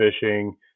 fishing